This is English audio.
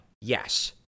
yes